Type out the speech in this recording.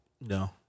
No